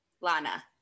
Lana